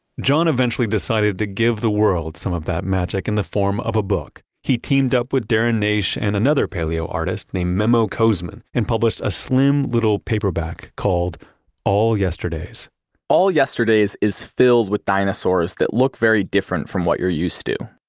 john eventually decided to give the world some of that magic in the form of a book. he teamed up with darren naish and another paleoartist named memo koseman, and published a slim little paperback called all yesterdays all yesterdays is filled with dinosaurs that look very different from what you're used to.